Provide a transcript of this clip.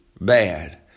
bad